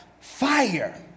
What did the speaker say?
fire